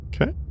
Okay